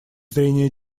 зрения